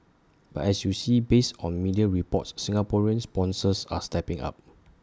but as you see based on media reports Singaporean sponsors are stepping up